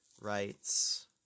writes